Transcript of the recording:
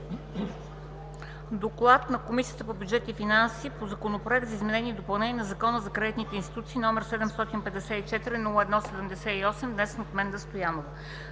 „ДОКЛАД на Комисията по бюджет и финанси по Законопроект за изменение и допълнение на Закона за кредитните институции, № 754-01-78, внесен от Менда Стоянова